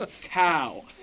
cow